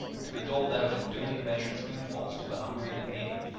to be doled out in duly measured spoonfuls to the hungry and needy.